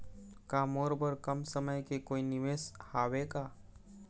का मोर बर कम समय के कोई निवेश हावे का?